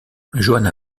joanna